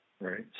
Right